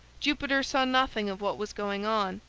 jupiter saw nothing of what was going on,